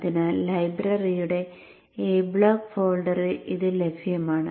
അതിനാൽ ലൈബ്രറിയുടെ A block ഫോൾഡറിൽ ഇത് ലഭ്യമാണ്